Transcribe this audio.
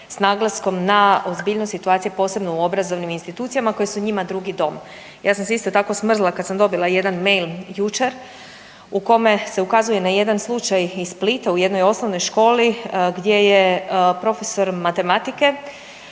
s naglaskom na ozbiljnost situacije posebno u obrazovnim institucijama koje su njima drugi dom. Ja sam se isto tako smrzla kada sam dobila jedan mail jučer u kome se ukazuje na jedan slučaj iz Splita u jednoj osnovnoj školi gdje je profesor matematike